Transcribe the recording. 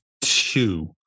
two